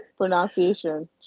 pronunciation